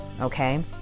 okay